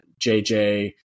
JJ